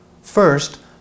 First